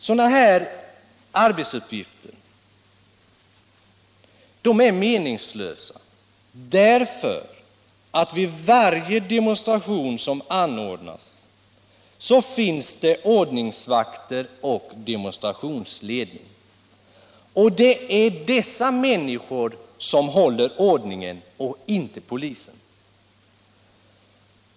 Sådana här arbetsuppgifter är meningslösa därför att vid varje demonstration som anordnas finns det ordningsvakter och demonstrationsledning. Det är dessa människor som upprätthåller ordningen och inte polisen.